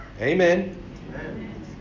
Amen